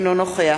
אינו נוכח